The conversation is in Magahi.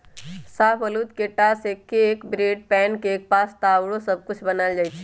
शाहबलूत के टा से cake, bread, pancake, pasta आउरो सब कुछ बनायल जाइ छइ